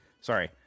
sorry